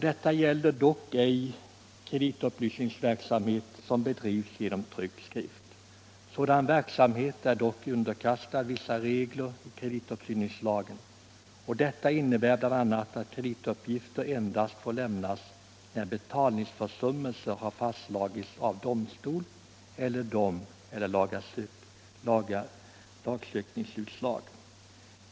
Detta gäller dock ej kreditupplysningsverksamhet som bedrivs genom tryckt skrift. Sådan verksamhet är emellertid underkastad vissa regler enligt kreditupplysningslagen. Detta innebär bl.a. att kredituppgifter endast får lämnas när betalningsförsummelse har fastslagits av domstol eller det föreligger lagsökningsutslag.